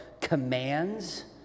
commands